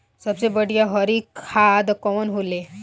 सबसे बढ़िया हरी खाद कवन होले?